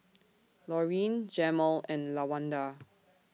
Laurene Jemal and Lawanda